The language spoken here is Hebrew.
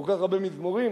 בכל כך הרבה מזמורים,